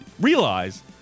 realize